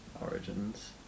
Origins